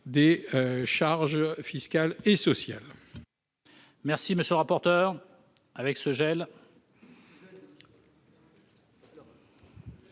des charges fiscales et sociales.